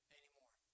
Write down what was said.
anymore